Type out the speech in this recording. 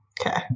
Okay